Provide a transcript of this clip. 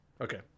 Okay